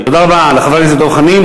תודה רבה לחבר הכנסת דב חנין.